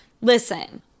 Listen